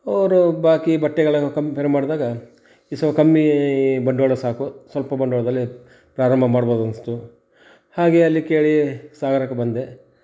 ಅವರು ಬಾಕಿ ಬಟ್ಟೆಗೆಲ್ಲ ಕಂಪೇರ್ ಮಾಡಿದಾಗ ಇದು ಸ್ವಲ್ಪ ಕಮ್ಮೀ ಬಂಡವಾಳ ಸಾಕು ಸ್ವಲ್ಪ ಬಂಡವಾಳದಲ್ಲಿ ಪ್ರಾರಂಭ ಮಾಡ್ಬೋದು ಅನಿಸ್ತು ಹಾಗೆ ಅಲ್ಲಿ ಕೇಳಿ ಸಾಗರಕ್ಕೆ ಬಂದೆ